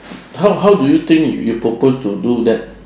how how do you think you propose to do that